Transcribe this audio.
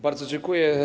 Bardzo dziękuję.